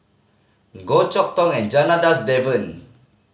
Goh Chok Tong and Janadas Devan